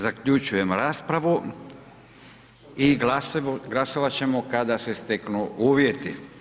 Zaključujem raspravu i glasovat ćemo kada se steknu uvjeti.